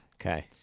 Okay